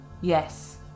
yes